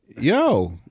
Yo